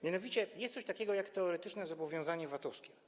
Mianowicie jest coś takiego, jak teoretyczne zobowiązanie VAT-owskie.